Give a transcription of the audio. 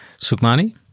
Sukmani